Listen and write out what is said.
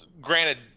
granted